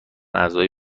اعضای